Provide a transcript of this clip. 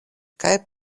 kaj